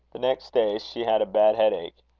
the next day she had a bad head-ache.